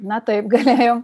na taip galėjom